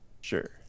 sure